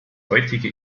heutige